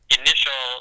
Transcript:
initial